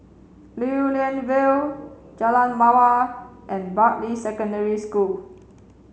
Lew Lian Vale Jalan Mawar and Bartley Secondary School